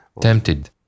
tempted